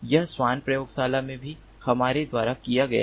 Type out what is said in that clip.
यह स्वान प्रयोगशाला में भी हमारे द्वारा किया गया है